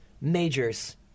majors